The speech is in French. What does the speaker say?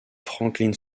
franklin